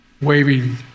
waving